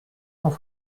cent